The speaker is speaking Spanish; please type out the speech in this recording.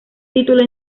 título